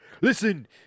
Listen